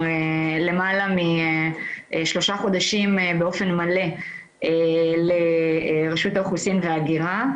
למעלה משלושה חודשים באופן מלא לרשות האוכלוסין וההגירה,